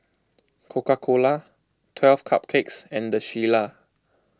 Coca Cola twelve Cupcakes and the Shilla